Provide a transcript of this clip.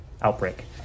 outbreak